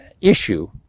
issue